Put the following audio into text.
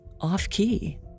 off-key